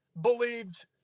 believed